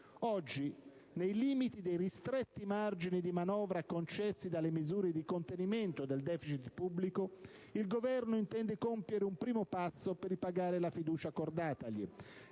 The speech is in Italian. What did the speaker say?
Oggi - nei limiti dei ristretti margini di manovra concessi dalle misure di contenimento del *deficit* pubblico - il Governo intende compiere un primo passo per ripagare la fiducia accordatagli.